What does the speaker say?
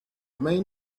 main